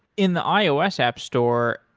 in the ios app store,